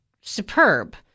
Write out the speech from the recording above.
superb